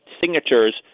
signatures